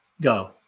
go